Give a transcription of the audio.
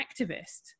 activist